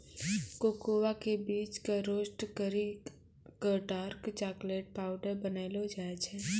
cocoa के बीज कॅ रोस्ट करी क डार्क चाकलेट पाउडर बनैलो जाय छै